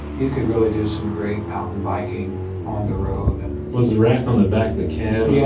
you could really do some great mountain biking on the road and was the rack on the back of the cab? yeah